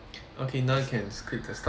okay now can script the stuff